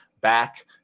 Back